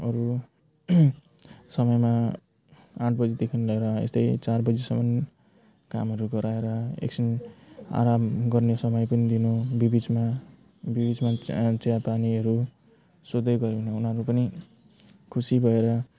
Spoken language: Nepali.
अरू समयमा आठ बजीदेखि लिएर यस्तै चार बजीसम्म कामहरू गराएर एकछिन आराम गर्ने समय पनि दिनु बिचबिचमा बिचबिचमा चियापानीहरू सोद्धै गर्यो भने उनीहरू पनि खुसी भएर